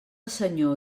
senyor